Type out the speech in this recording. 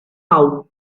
out